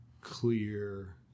clear